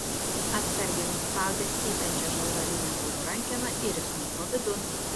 atsargiai nuspaudė cypiančią žalvarinę durų rankeną ir įsmuko vidun